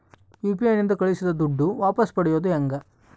UPI ನಿಂದ ಕಳುಹಿಸಿದ ದುಡ್ಡು ವಾಪಸ್ ಪಡೆಯೋದು ಹೆಂಗ?